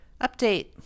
Update